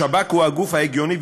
השב"כ הוא הגוף ההגיוני,